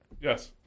Yes